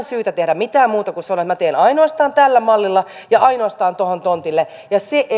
syytä tehdä mitään muuta kuin sanoa että minä teen ainoastaan tällä mallilla ja ainoastaan tuohon tontille ja se ei